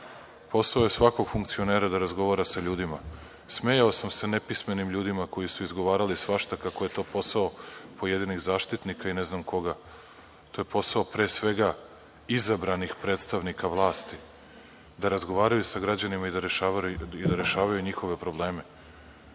Posao je svakog funkcionera da razgovara sa ljudima. Smejao sam se nepismenim ljudima koji su izgovarali svašta, kako je to posao pojedinih zaštitnika i ne znam koga. To je posao pre svega izabranih predstavnika vlasti, da razgovaraju sa građanima i da rešavaju njihove probleme.